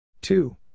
two